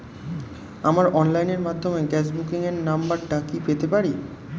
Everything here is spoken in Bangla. আমার অনলাইনের মাধ্যমে গ্যাস বুকিং এর নাম্বারটা কি পেতে পারি?